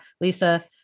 Lisa